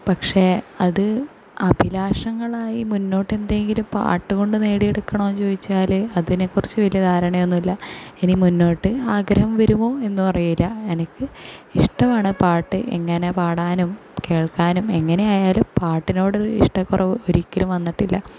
പക്ഷെ അത് അഭിലാഷങ്ങളായി മുന്നോട്ട് എന്തെങ്കിലും പാട്ട് കൊണ്ട് നേടിയെടുക്കണോ ചോദിച്ചാൽ അതിനെ കുറിച്ച് വലിയ ധാരണയൊന്നുമില്ല ഇനി മുന്നോട്ട് ആഗ്രഹം വരുമോ എന്നും അറിയില്ല എനിക്ക് ഇഷ്ടമാണ് പാട്ട് എങ്ങനെ പാടാനും കേൾക്കാനും എങ്ങനെ ആയാലും പാട്ടിനോട് ഒരു ഇഷ്ടക്കുറവ് ഒരിക്കലും വന്നിട്ടില്ല